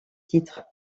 titres